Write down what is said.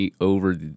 over